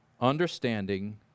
understanding